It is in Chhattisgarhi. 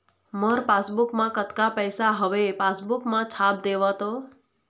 मोर पासबुक मा कतका पैसा हवे पासबुक मा छाप देव तो?